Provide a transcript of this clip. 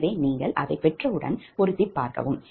எனவே நீங்கள் அதைப் பெற்றவுடன் பொருத்தி பார்க்கவும்